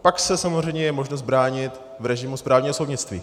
Pak je samozřejmě možnost se bránit v režimu správního soudnictví.